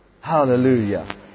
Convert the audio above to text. Hallelujah